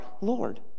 Lord